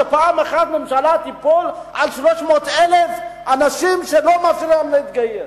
שפעם אחת ממשלה תיפול על 300,000 אנשים שלא מאפשרים להם להתגייר.